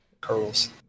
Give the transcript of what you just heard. curls